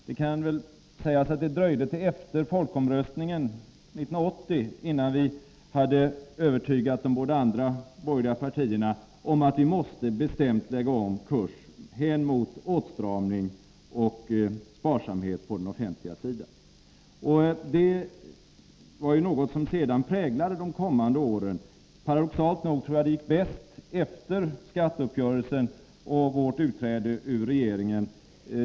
Det kan sägas att det dröjde till efter folkomröstningen 1980 innan vi hade övertygat de båda andra borgerliga partierna om att vi bestämt måste lägga om kursen hän mot åtstramning och sparsamhet på den offentliga sidan. Det var något som sedan präglade de kommande åren. Paradoxalt nog tror jag att det gick bäst efter skatteuppgörelsen och vårt utträde ur regeringen.